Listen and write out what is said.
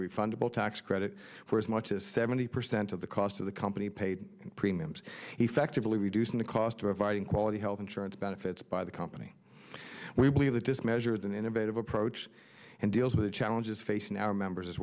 refundable tax credit for as much as seventy percent of the cost of the company paid premiums effectively reducing the cost of fighting quality health insurance benefits by the company we believe that this measure is an innovative approach and deals with the challenges facing our members as